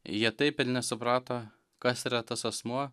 jie taip ir nesuprato kas yra tas asmuo